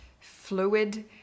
fluid